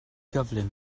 gyflym